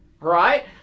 right